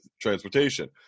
transportation